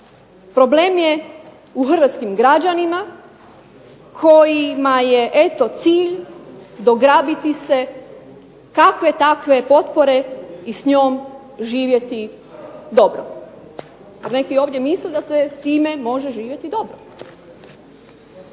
problem je u hrvatskim građanima kojima je eto cilj dograbiti se kakve takve potpore i s njom živjeti dobro. Neki ovdje misle da se s time može živjeti dobro.